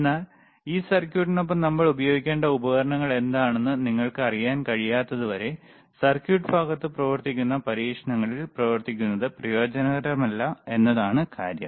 എന്നാൽ ഈ സർക്യൂട്ടിനൊപ്പം നമ്മൾ ഉപയോഗിക്കേണ്ട ഉപകരണങ്ങൾ എന്താണെന്ന് നിങ്ങൾക്ക് അറിയാൻ കഴിയാത്തതുവരെ സർക്യൂട്ട് ഭാഗത്ത് പ്രവർത്തിക്കുന്ന പരീക്ഷണങ്ങളിൽ പ്രവർത്തിക്കുന്നത് പ്രയോജനകരമല്ല എന്നതാണ് കാര്യം